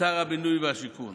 כשר הבינוי והשיכון